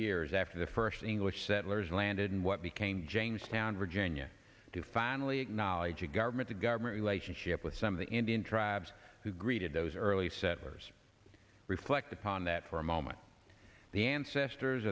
years after the first english settlers landed in what became jamestown virginia to finally acknowledge a government to government relationship with some of the indian tribes who greeted those early settlers reflect upon that for a moment the ancestors